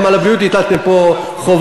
גם על הבריאות הטלתם פה חובות,